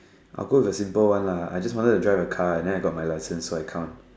I will go with a simple one lah I just wanted to drive a car and then I got my licence so I count